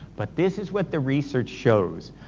but this is what the research shows,